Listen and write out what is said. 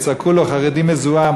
ויצעקו לו: חרדי מזוהם,